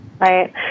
Right